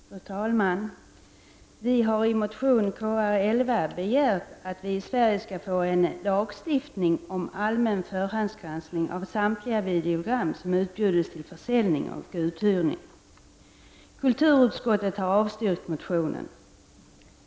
Fru talman! Vi har i motion Kr11 begärt att Sverige skall få en lagstiftning om allmän förhandsgranskning av samtliga videogram som utbjudes till försäljning och uthyrning. Kulturutskottet har avstyrkt motionen.